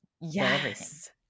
Yes